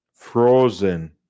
frozen